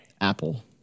Apple